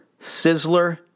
Sizzler